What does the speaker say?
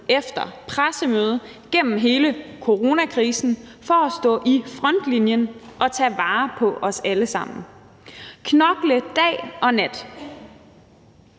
efter pressemøde gennem hele coronakrisen for at stå i frontlinjen og tage vare på os alle sammen, knokle dag og nat.